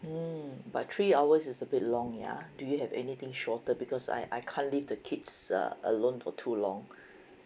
mm but three hours is a bit long ya do you have anything shorter because I I can't leave the kids uh alone for too long